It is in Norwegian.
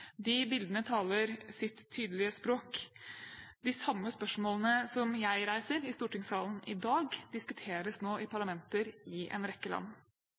De bildene taler sitt tydelige språk. De samme spørsmålene som jeg reiser i stortingssalen i dag, diskuteres nå i parlamenter i en rekke land.